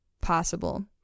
possible